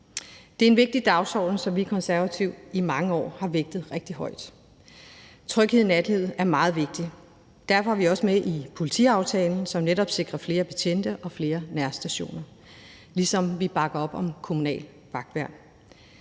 Det er en vigtig dagsorden, som vi Konservative i mange år har vægtet rigtig højt. Tryghed i nattelivet er meget vigtigt, og derfor er vi også med i politiaftalen, som netop sikrer flere betjente og flere nærstationer, ligesom vi bakker op om kommunalt vagtværn.